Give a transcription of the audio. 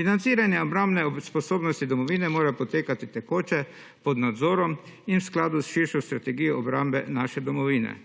Financiranje obrambne usposobljenosti domovine mora potekati tekoče, pod nadzorom in v skladu s širšo strategijo obrambe naše domovine.